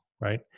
right